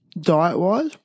diet-wise